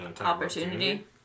opportunity